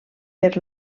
per